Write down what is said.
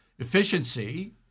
Efficiency